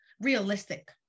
realistic